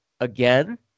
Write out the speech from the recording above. again